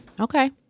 Okay